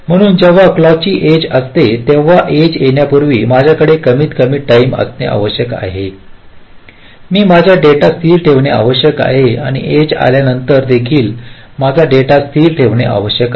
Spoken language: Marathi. म्हणून जेव्हा क्लॉक ची एजअसते तेव्हा एज येण्यापूर्वी माझ्याकडे कमीतकमी टाईम असणे आवश्यक आहे मी माझा डेटा स्थिर ठेवणे आवश्यक आहे आणि एज आल्यानंतर देखील माझा डेटा स्थिर ठेवणे आवश्यक आहे